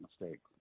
mistakes